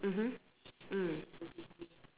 mmhmm mm